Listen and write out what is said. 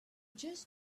just